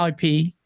IP